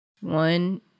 One